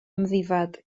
amddifad